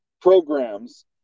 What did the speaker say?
programs